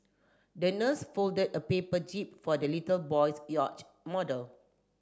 the nurse folded a paper jib for the little boy's yacht model